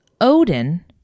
Odin